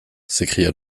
s’écria